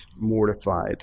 mortified